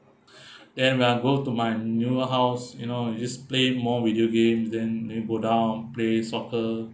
then when I go to my neighbour house you know you just play more video game then then go down play soccer